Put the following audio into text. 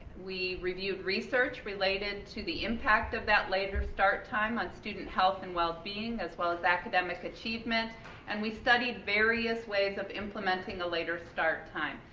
we reviewed research related to the impact of that later start time on student health and wellbeing, as well as academic achievement and we studied various ways of implementing a later start time.